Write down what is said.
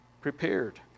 prepared